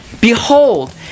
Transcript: behold